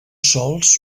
sols